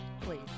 Please